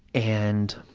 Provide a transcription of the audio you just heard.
and,